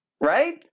Right